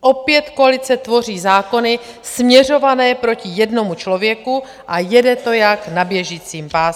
opět koalice tvoří zákony směřované proti jednomu člověku, a jede to jak na běžícím pásu.